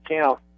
count